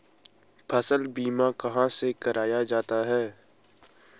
फसल बीमा कहाँ से कराया जाता है?